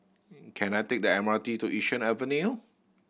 can I take the M R T to Yishun Avenue